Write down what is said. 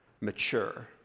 mature